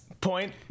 point